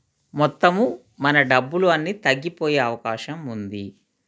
మొత్తము మన డబ్బులు అన్నీ తగ్గిపోయే అవకాశం ఉంది